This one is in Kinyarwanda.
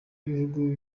b’ibihugu